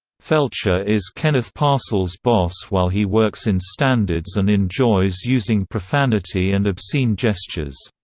felcher is kenneth parcell's boss while he works in standards and enjoys using profanity and obscene gestures.